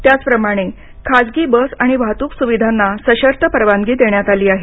त्याचप्रमाणे खासगी बस आणि वाहतूक सुविधांना सशर्त परवानगी देण्यात आली आहे